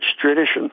tradition